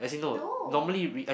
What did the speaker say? no